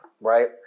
Right